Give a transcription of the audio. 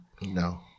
No